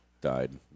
died